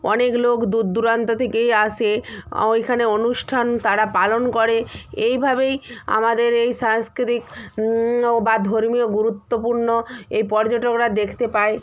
অনেক লোক দূর দূরান্ত থেকেই আসে অ ওইখানে অনুষ্ঠান তারা পালন করে এইভাবেই আমাদের এই সাংকৃতিক বা ধর্মীয় গুরুত্বপূণ্ণো এই পর্যটকরা দেখতে পায়